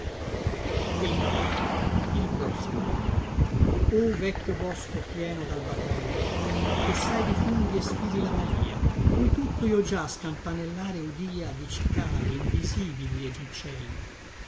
venti o vecchio bosco pieno dalbatrelli che sai di funghi e spiri la malìa cui tutto io già scampanellare udia di cicale invisibili e duccelli